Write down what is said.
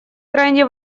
крайне